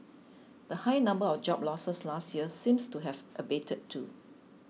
the high number of job losses last year seems to have abated too